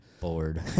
Bored